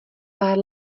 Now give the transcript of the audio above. pár